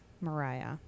Mariah